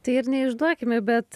tai ir neišduokime bet